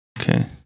Okay